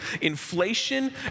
inflation